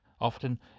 often